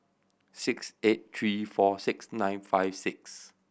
six eight three four six nine five six